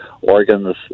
organs